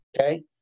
Okay